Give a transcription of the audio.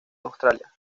australia